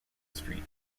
street